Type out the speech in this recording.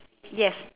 yes